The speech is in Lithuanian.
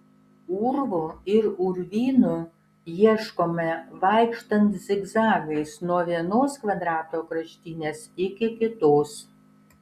urvų ir urvynų ieškoma vaikštant zigzagais nuo vienos kvadrato kraštinės iki kitos